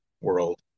world